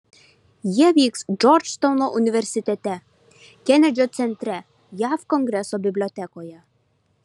jie vyks džordžtauno universitete kenedžio centre jav kongreso bibliotekoje